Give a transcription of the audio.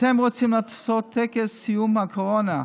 אתם רוצים לעשות טקס סיום הקורונה,